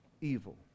evil